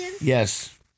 Yes